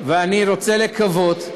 ואני רוצה לקוות,